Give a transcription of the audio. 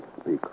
Speak